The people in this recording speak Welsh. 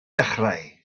dechrau